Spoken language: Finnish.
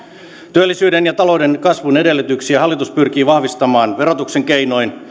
työllisyyden ja talouden kasvun edellytyksiä hallitus pyrkii vahvistamaan verotuksen keinoin